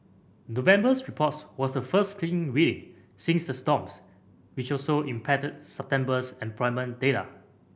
November's reports was the first clean reading since the storms which also impacted September's employment data